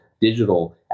digital